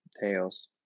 Tails